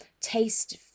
taste